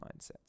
mindsets